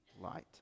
light